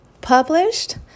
published